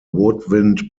woodwind